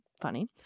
funny